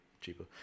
cheaper